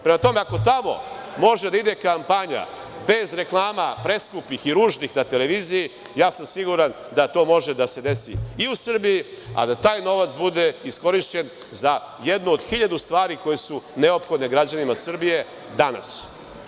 Prema tome, ako tamo može da ide kampanja bez reklama preskupih i ružnih na televiziji, ja sam siguran da to može da se desi i u Srbiji, a da taj novac bude iskorišćen za jednu od hiljadu stvari koje su neophodne građanima Srbije danas.